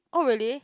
oh really